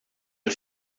the